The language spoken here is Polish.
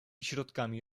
środkami